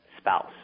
spouse